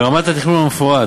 ברמת התכנון המפורט,